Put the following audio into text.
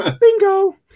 Bingo